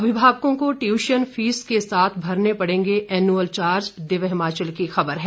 अभिभावकों को tuition fees के साथ भरने पड़ेंगे एनुअल चार्ज दिव्य हिमाचल की खबर है